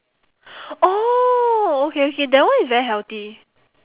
oh okay okay that one is very healthy